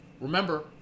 Remember